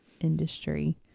industry